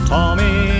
Tommy